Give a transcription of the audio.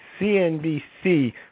CNBC